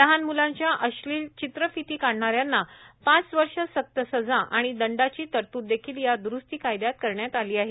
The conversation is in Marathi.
लहान मुलांच्या अश्लिल चित्रफिती काढणाऱ्यांना पाच वर्ष सक्त सजा आणि दंडाची तरतूद देखील या दुस्स्ती कायद्यात करण्यात आली आहे